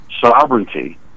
sovereignty